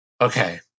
okay